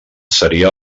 seria